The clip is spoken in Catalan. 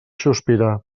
sospirar